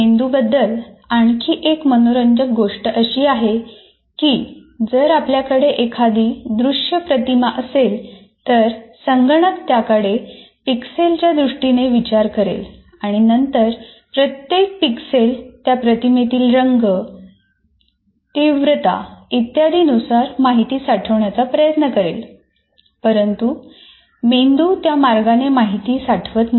मेंदूबद्दल आणखी एक मनोरंजक गोष्ट अशी आहे की जर आपल्याकडे एखादी दृश्य प्रतिमा असेल तर संगणक त्याकडे पिक्सेलच्या दृष्टीने विचार करेल आणि नंतर प्रत्येक पिक्सेल त्या प्रतिमेतील रंग तीव्रता इत्यादी नुसार माहिती साठवण्याचा प्रयत्न करेल परंतु मेंदू त्या मार्गाने माहिती साठवत नाही